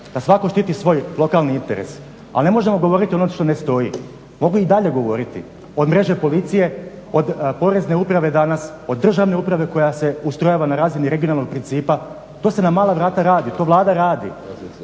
da svatko štiti svoj lokalni interes. Ali ne možemo govoriti ono što ne stoji. Mogu i dalje govoriti od mreže policije, od porezne uprave danas, od državne uprave koja se ustrojava na razini regionalnog principa. To se na mala vrata radi. To Vlada radi